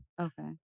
Okay